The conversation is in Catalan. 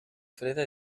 freda